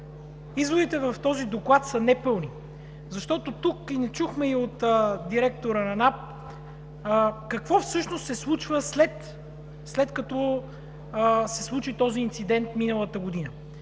изводите в този доклад са непълни. Тук не чухме от директора на НАП какво всъщност се случва, след като се получи този инцидент миналата година.